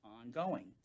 ongoing